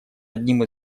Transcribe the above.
одним